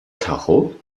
tacho